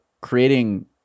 creating